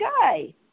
guy